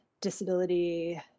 disability